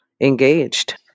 engaged